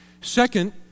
Second